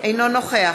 אינו נוכח